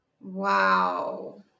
Wow